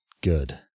good